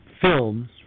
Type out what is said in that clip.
films